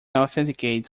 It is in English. authenticates